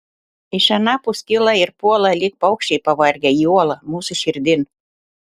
iš anapus kyla ir puola lyg paukščiai pavargę į uolą mūsų širdin